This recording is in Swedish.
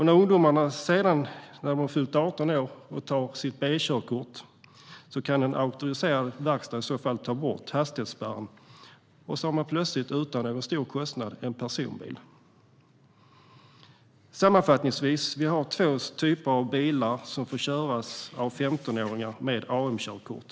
När ungdomarna sedan de har fyllt 18 år tar B-körkort kan en auktoriserad verkstad i så fall ta bort hastighetsspärren, och då har man plötsligt utan någon stor kostnad en personbil. Sammanfattningsvis: Vi har två typer av bilar som får köras av 15åringar med AM-körkort.